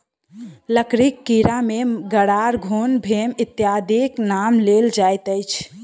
लकड़ीक कीड़ा मे गरार, घुन, भेम इत्यादिक नाम लेल जाइत अछि